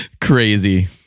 Crazy